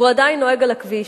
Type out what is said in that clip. והוא עדיין נוהג על הכביש,